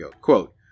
Quote